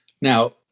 Now